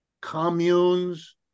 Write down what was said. communes